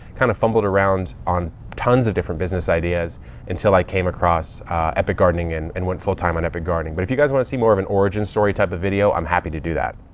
kind of fumbled around on tons of different business ideas until i came across epic gardening and and went full time on epic gardening. but if you guys want to see more of an origin story type of video, i'm happy to do that.